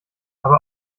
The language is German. aber